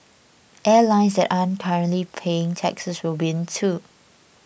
airlines that aren't currently paying taxes will win too